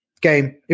game